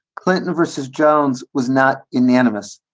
clinton versus jones was not in the animus.